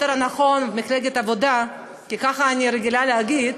יותר נכון מפלגת העבודה, כי ככה אני רגילה להגיד,